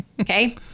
Okay